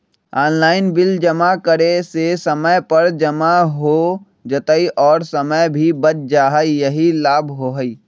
Online bill जमा करे से समय पर जमा हो जतई और समय भी बच जाहई यही लाभ होहई?